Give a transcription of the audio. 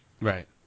Right